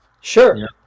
Sure